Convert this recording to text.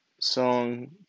song